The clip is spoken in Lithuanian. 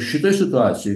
šitoj situacijoj